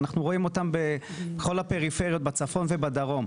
אנחנו רואים אותם בכל הפריפריות בצפון ובדרום.